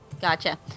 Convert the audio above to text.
Gotcha